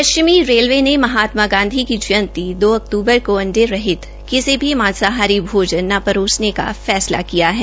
पश्चिमी रेलवे ने महात्मा गांधी की जयंती पर दो अक्तूबर को अंडे सहित कोई भी मांसाहारी भोजना न परोसने की फैसला किया है